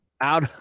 out